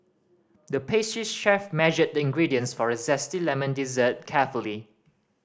the pastry chef measured the ingredients for a zesty lemon dessert carefully